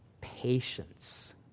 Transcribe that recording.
patience